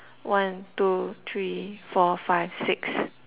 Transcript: one two three four five six